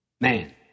man